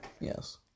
Yes